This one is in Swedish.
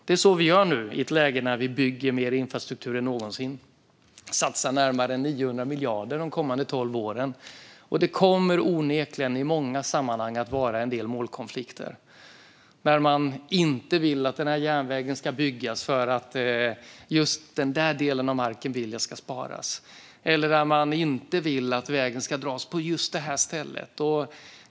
Det är så vi gör nu i ett läge när vi bygger mer infrastruktur än någonsin. Vi satsar närmare 900 miljarder de kommande tolv åren, och det kommer onekligen i många sammanhang att finnas en del målkonflikter. Någon kanske inte vill att en järnväg ska byggas därför att den vill att en särskild del av marken ska sparas. Någon annan kanske inte vill att vägen ska dras på just det stället.